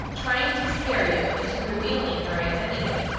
trying to scare you into revealing your identity.